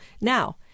now